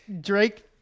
Drake